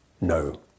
no